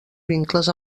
vincles